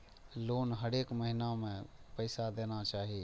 Loan हरेक महीना में पैसा देना चाहि?